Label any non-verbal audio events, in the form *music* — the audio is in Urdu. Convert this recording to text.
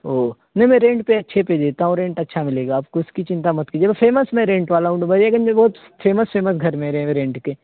او نہیں میں رینٹ پہ اچھے پہ دیتا ہوں رینٹ اچھا ملے گا آپ کو اس کی چنتا مت کیجیے *unintelligible* فیمس میں رینٹ والا ہوں ڈومریا گنج میں بہت پھیمس فیمس گھر میرے ہیں رینٹ کے